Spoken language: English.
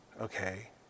okay